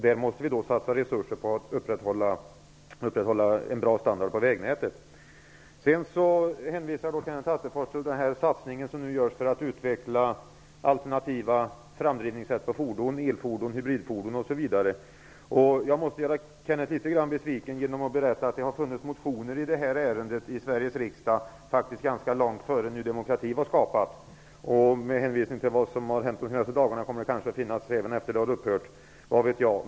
Där måste vi satsa resurser på att upprätthålla en bra standard på vägnätet. Kenneth Attefors hänvisar också till den satsning som nu görs för att utveckla alternativa framdrivningssätt för fordon -- elfordon, hybridfordon osv. Jag måste göra Kenneth Attefors litet besviken genom att berätta att det har funnits motioner om detta i Sveriges riksdag ganska långt innan Ny demokrati skapades. Med tanke på vad som har hänt under de senaste dagarna kommer de kanske att finnas kvar också efter det att det partiet har upphört.